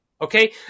Okay